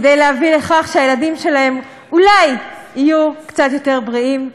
כדי להביא לכך שהילדים שלהם יהיו קצת יותר בריאים.